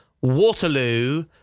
Waterloo